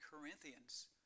Corinthians